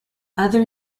other